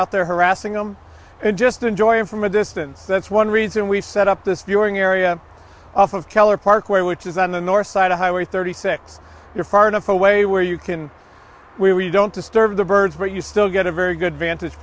out there harassing them and just enjoying from a distance that's one reason we set up this viewing area off of keller parkway which is on the north side of highway thirty six you're far enough away where you can we don't disturb the birds but you still get a very good vantage